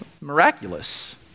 miraculous